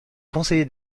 conseiller